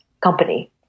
company